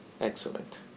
Excellent